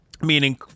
meaning